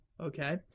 Okay